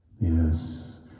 Yes